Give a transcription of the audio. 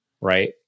right